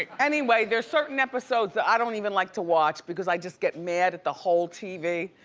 like anyway, there's certain episodes that i don't even like to watch because i just get mad at the whole tv.